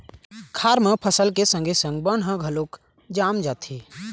खार म फसल के संगे संग बन ह घलोक जाम जाथे